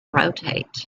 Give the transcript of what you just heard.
rotate